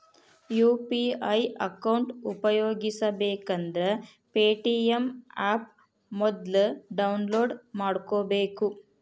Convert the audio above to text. UPI account ಉಪಯೋಗಿಸಬೇಕಂದ್ರ Paytm app ಮೊದ್ಲ download ಮಾಡ್ಕೋಬೇಕು